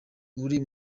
uri